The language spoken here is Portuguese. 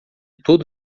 todo